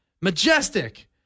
Majestic